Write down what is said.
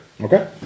Okay